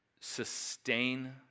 sustain